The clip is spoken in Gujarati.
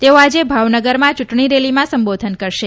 તેઓ આજે ભાવનગરમાં ચૂંટણીરેલીમાં સંબોધન કરશે